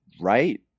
right